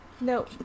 No